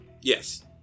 Yes